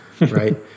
right